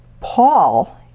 Paul